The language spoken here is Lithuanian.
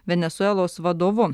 venesuelos vadovu